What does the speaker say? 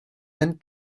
and